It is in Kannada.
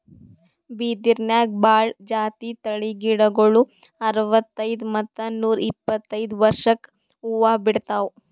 ಬಿದಿರ್ನ್ಯಾಗ್ ಭಾಳ್ ಜಾತಿ ತಳಿ ಗಿಡಗೋಳು ಅರವತ್ತೈದ್ ಮತ್ತ್ ನೂರ್ ಇಪ್ಪತ್ತೈದು ವರ್ಷ್ಕ್ ಹೂವಾ ಬಿಡ್ತಾವ್